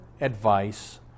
advice